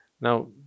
Now